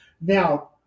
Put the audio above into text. Now